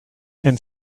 and